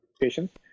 patients